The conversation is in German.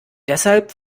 deshalb